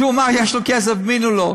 כשהוא אמר שיש לו כסף, האמינו לו.